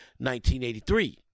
1983